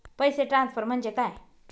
पैसे ट्रान्सफर म्हणजे काय?